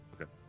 Okay